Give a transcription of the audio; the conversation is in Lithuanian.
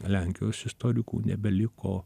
lenkijos istorikų nebeliko